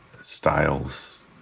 styles